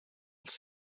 els